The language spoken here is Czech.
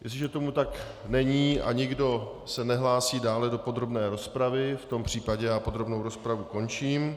Jestliže tomu tak není a nikdo se nehlásí dále do podrobné rozpravy, v tom případě podrobnou rozpravu končím.